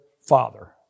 Father